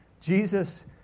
Jesus